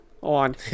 on